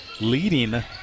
leading